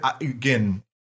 again